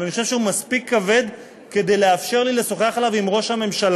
אבל אני חושב שהוא מספיק כבד כדי לאפשר לי לשוחח עליו עם ראש הממשלה,